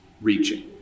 reaching